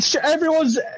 Everyone's